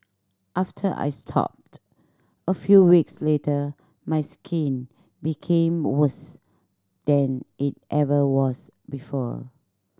after I stopped a few weeks later my skin became worse than it ever was before